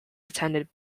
attended